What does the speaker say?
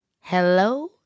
Hello